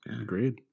Agreed